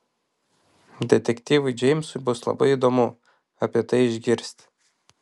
detektyvui džeimsui bus labai įdomu apie tai išgirsti